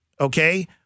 Okay